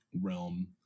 realm